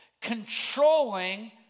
Controlling